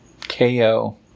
KO